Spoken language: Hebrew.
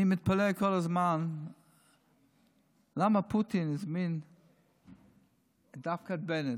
אני מתפלא כל הזמן למה פוטין הזמין דווקא את בנט.